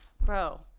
Bro